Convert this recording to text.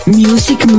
music